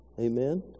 Amen